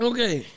Okay